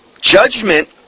Judgment